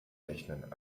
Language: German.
rechnen